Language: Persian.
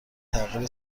تغییر